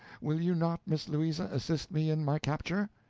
will you not, miss louisa, assist me in my capture?